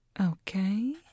Okay